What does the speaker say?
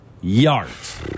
yards